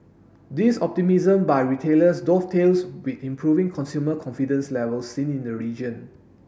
this optimism by retailers dovetails with improving consumer confidence levels seen in the region